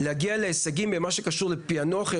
להגיע להישגים במה שקשור בפיענוח של